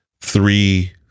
three